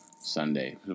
Sunday